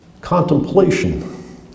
contemplation